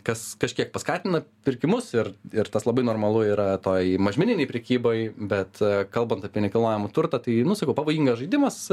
kas kažkiek paskatina pirkimus ir ir tas labai normalu yra toj mažmeninėj prekyboj bet kalbant apie nekilnojamą turtą tai nu sakau pavojingas žaidimas